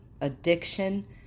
addiction